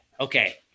okay